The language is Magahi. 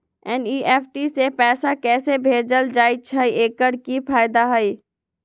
एन.ई.एफ.टी से पैसा कैसे भेजल जाइछइ? एकर की फायदा हई?